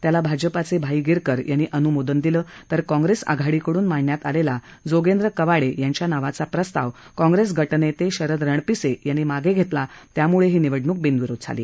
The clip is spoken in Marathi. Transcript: त्याला भाजपाचे भाई गिरकर यांनी अनुमोदन दिलं तर काँग्रेस आघाडीकडून मांडण्यात आलेला जोगेंद्र कवाडे यांच्या नावाचा प्रस्ताव काँग्रेस गटनेते शरद रणपिसे यांनी मागे घेतला त्यामुळे ही निवडणूक बिनविरोध झाली